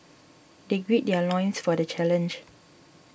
they gird their loins for the challenge